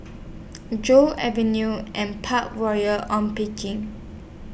Joo Avenue and Park Royal on picking